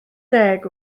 deg